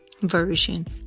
version